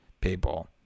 people